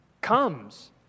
comes